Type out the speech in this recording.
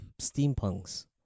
steampunks